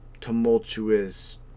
tumultuous